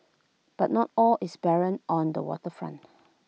but not all is barren on the Water Front